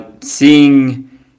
seeing